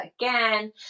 again